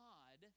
God